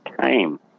time